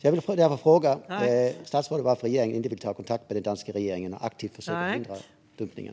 Jag vill därför fråga statsrådet varför regeringen inte vill ta kontakt med den danska regeringen och aktivt försöka hindra dumpningen.